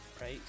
right